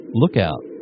lookout